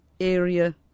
area